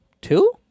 two